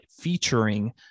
featuring